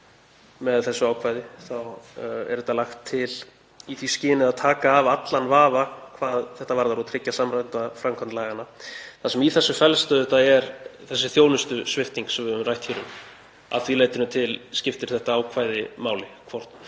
með þessu ákvæði þá er þetta lagt til í því skyni að taka af allan vafa hvað þetta varðar og tryggja samræmda framkvæmd laganna. Það sem í þessu felst er auðvitað þessi þjónustusvipting sem við höfum rætt hér um og að því leytinu til skiptir þetta ákvæði máli, hvort